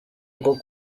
rwo